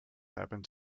happened